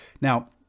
Now